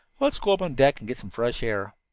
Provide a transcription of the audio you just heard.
let's go up on deck and get some fresh air.